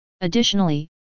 Additionally